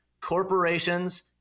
corporations